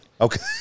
Okay